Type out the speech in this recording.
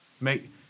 make